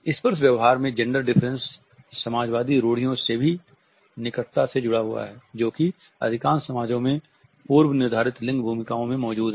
स्पर्श व्यवहार में जेंडर डिफरेंस समाजवादी रूढ़ियों से भी निकटता से जुड़ा हुआ है जो कि अधिकांश समाजों में पूर्व निर्धारित लिंग भूमिकाओं में मौजूद है